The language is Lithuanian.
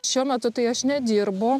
šiuo metu tai aš nedirbu